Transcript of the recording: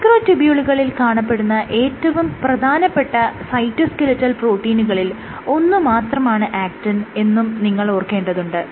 micro ട്യൂബ്യുളുകളിൽ കാണപ്പെടുന്ന ഏറ്റവും പ്രധാനപ്പെട്ട സൈറ്റോസ്കെലിറ്റൽ പ്രോട്ടീനുകളിൽ ഒന്ന് മാത്രമാണ് ആക്റ്റിൻ എന്നും നിങ്ങൾ ഓർക്കേണ്ടതുണ്ട്